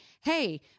hey